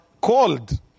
called